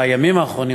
בימים האחרונים,